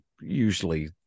usually